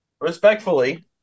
respectfully